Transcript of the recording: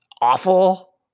awful